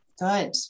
Good